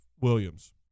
Williams